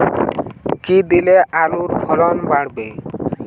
কী দিলে আলুর ফলন বাড়বে?